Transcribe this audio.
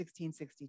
1662